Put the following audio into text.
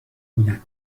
بودن